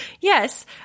Yes